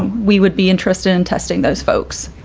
we would be interested in testing those folks.